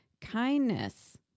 Kindness